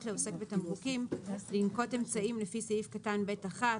לעוסק בתמרוקים לנקוט אמצעים לפי סעיף קטן (ב)(1),